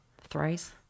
thrice